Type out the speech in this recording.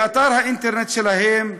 באתר האינטרנט שלהם,